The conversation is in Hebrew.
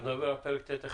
אתה מדבר על פרק ט'1.